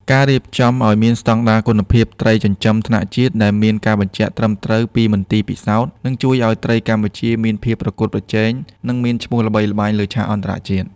ការរៀបចំឱ្យមានស្តង់ដារគុណភាពត្រីចិញ្ចឹមថ្នាក់ជាតិ ដែលមានការបញ្ជាក់ត្រឹមត្រូវពីមន្ទីរពិសោធន៍ នឹងជួយឱ្យត្រីកម្ពុជាមានភាពប្រកួតប្រជែង និងមានឈ្មោះល្បីល្បាញលើឆាកអន្តរជាតិ។